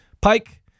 Pike